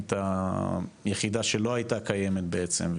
בנית יחידה שלא הייתה קיימת בעצם,